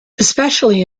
especially